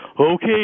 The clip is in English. Okay